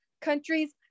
countries